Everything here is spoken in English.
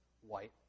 white